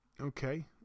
Okay